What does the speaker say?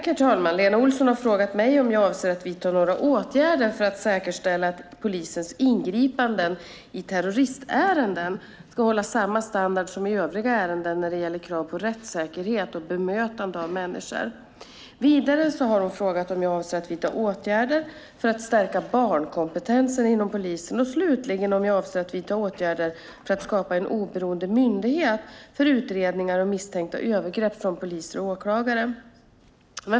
Herr talman! Lena Olsson har frågat mig om jag avser att vidta några åtgärder för att säkerställa att polisens ingripanden i terroristärenden ska hålla samma standard som i övriga ärenden när det gäller krav på rättssäkerhet och bemötande av människor. Vidare har hon frågat om jag avser att vidta åtgärder för att stärka barnkompetensen inom polisen och slutligen om jag avser att vidta åtgärder för att skapa en oberoende myndighet för utredningar av misstänkta övergrepp från poliser och åklagare.